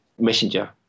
messenger